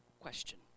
question